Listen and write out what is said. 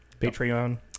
Patreon